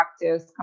practice